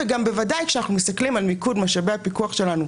בוודאי כשאנחנו מסתכלים על מיקוד של משאבי הפיקוח שלנו.